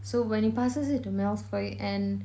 so when he passes it to malfoy and